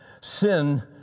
Sin